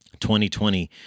2020